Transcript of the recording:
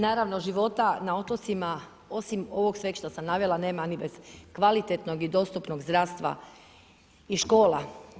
Naravno života na otocima osim ovog svega što sam navela nema ni bez kvalitetnog i dostupnog zdravstva i škola.